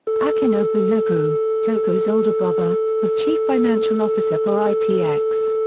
akinobu yokoo, yokoo's older brother, was chief financial officer for itx.